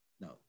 no